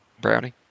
Brownie